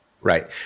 Right